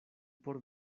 por